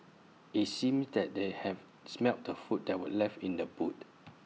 IT seemed that they have smelt the food that were left in the boot